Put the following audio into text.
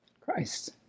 Christ